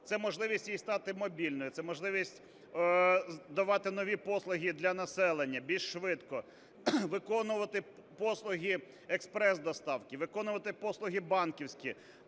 Це можливість її стати мобільною, це можливість давати нові послуги для населення більш швидко. Виконувати послуги експрес-доставки, виконувати послуги банківські,